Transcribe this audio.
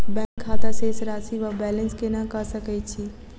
Bank खाता शेष राशि वा बैलेंस केना कऽ सकय छी?